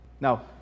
Now